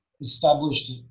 established